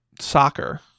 soccer